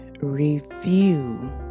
review